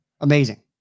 amazing